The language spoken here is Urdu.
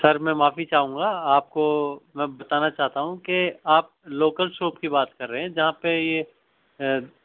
سر میں معافی چاہوں گا آپ کو میں بتانا چاہتا ہوں کہ آپ لوکل شاپ کی بات کر رہے ہیں جہاں پہ یہ